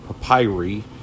papyri